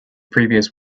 previous